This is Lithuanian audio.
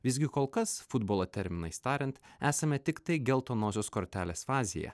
visgi kol kas futbolo terminais tariant esame tiktai geltonosios kortelės fazėje